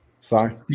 Sorry